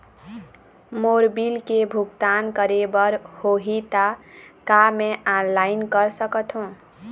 मोर bill के भुगतान करे बर होही ता का मैं ऑनलाइन कर सकथों?